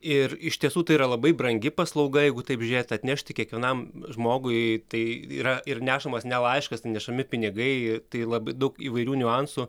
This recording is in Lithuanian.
ir iš tiesų tai yra labai brangi paslauga jeigu taip žiūrėt atnešti kiekvienam žmogui tai yra ir nešamas ne laiškas tai nešami pinigai i tai labai daug įvairių niuansų